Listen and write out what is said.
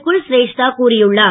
குல்ஸ்ரேஷ்தா கூறியுள்ளார்